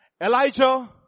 Elijah